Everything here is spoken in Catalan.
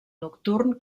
nocturn